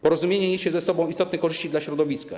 Porozumienie niesie za sobą istotne korzyści dla środowiska.